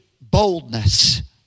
boldness